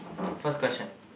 first question